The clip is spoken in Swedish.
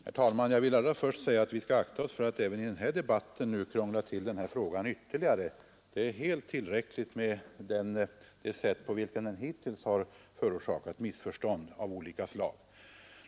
Herr talman! Jag vill allra först säga att vi skall akta oss för att i denna debatt krångla till frågan. De missförstånd av olika slag som den hittills orsakat är helt tillräckliga.